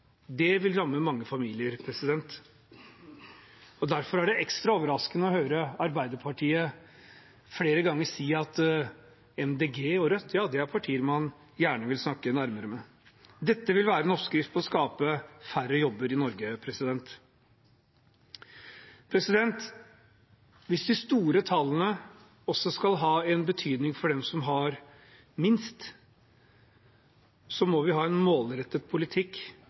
Det vil ramme mange familier. Derfor er det ekstra overraskende å høre Arbeiderpartiet flere ganger si at MDG og Rødt er partier man gjerne vil snakke nærmere med. Dette vil være en oppskrift på å skape færre jobber i Norge. Hvis de store tallene også skal ha en betydning for dem som har minst, må vi ha en målrettet politikk